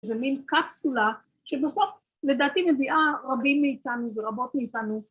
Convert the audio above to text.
‫זו מין קפסולה שבסוף, לדעתי, ‫מביאה רבים מאיתנו ורבות מאיתנו.